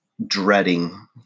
dreading